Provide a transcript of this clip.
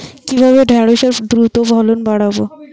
কিভাবে ঢেঁড়সের দ্রুত ফলন বাড়াব?